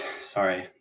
sorry